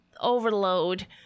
overload